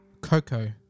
Coco